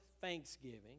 Thanksgiving